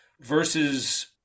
versus